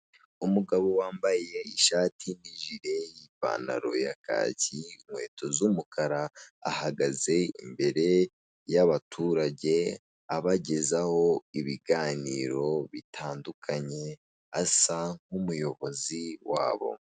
Umugabo wambaye ishati nijire ipantaro ya kacyi inkweto z'umukara ahagaze imbere ya baturage abagezaho ibiganiro bitandukanye asa nk'umuyobozi wabo.